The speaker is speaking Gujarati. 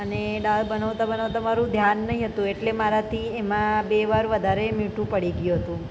અને દાળ બનાવતા બનાવતા મારું ધ્યાન નહીં હતું એટલે મારાથી એમાં બે વાર વધારે મીઠું પડી ગયું હતું